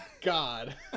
God